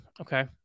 okay